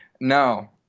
no